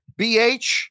BH